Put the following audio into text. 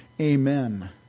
Amen